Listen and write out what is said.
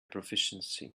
proficiency